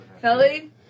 Kelly